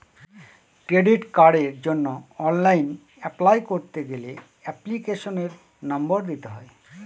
credit কার্ডের জন্য online apply করতে গেলে এপ্লিকেশনের নম্বর দিতে হয়